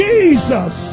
Jesus